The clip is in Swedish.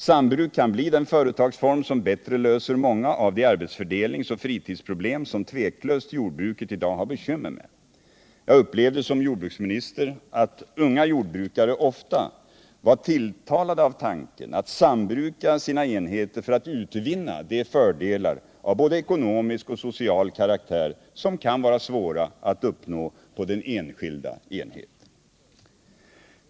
Sambruk kan bli den företagsform som bättre löser många av de arbetsfördelningsoch fritidsproblem som tveklöst jordbruket i dag har bekymmer med. Jag upplevde som jordbruksminister att unga jordbrukare ofta var tilltalade av tanken att sambruka sina enheter för att utvinna de fördelar av både ekonomisk och social karaktär som kan vara svåra att uppnå på den enskilda enheten.